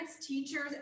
teachers